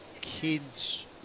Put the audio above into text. kids